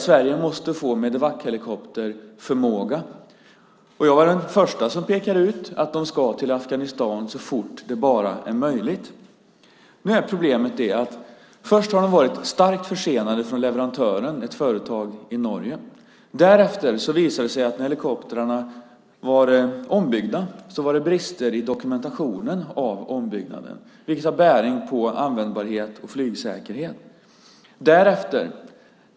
Sverige måste få Medevachelikopterförmåga, och jag var den första som pekade ut att de ska till Afghanistan så fort det bara är möjligt. Nu är problemet det att först har de varit starkt försenade från leverantören, ett företag i Norge. Därefter, när helikoptrarna var ombyggda, visade det sig att det var brister i dokumentationen av ombyggnaden. Detta har bäring på användbarhet och flygsäkerhet.